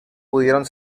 pudieron